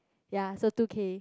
ya so two K